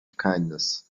kindness